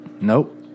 Nope